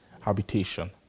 habitation